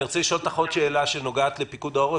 אני רוצה לשאול אותך עוד שאלה שנוגעת לפיקוד העורף,